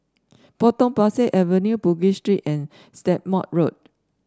Potong Pasir Avenue Bugis Street and Stagmont Road